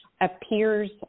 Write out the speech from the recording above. appears